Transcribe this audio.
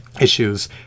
issues